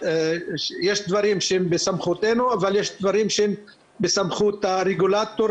יש דברים שהם בסמכותנו אבל יש דברים שהם בסמכות הרגולטור,